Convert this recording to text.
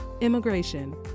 immigration